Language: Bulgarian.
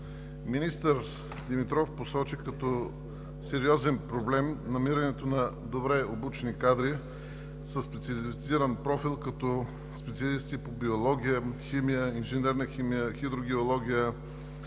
Министър Димитров посочи като сериозен проблем намирането на добре обучени кадри със специализиран профил, като специалисти по биология, химия, инженерна химия, хидрогеология,